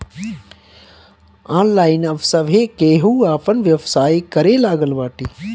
online अब सभे केहू आपन व्यवसाय करे लागल बाटे